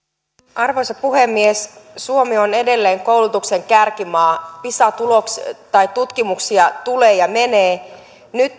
arvoisa puhemies suomi on edelleen koulutuksen kärkimaa pisa tutkimuksia tulee ja menee nyt